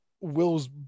Will's